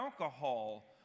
alcohol